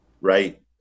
Right